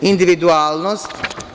Individualnost.